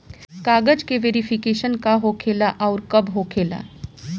कागज के वेरिफिकेशन का हो खेला आउर कब होखेला?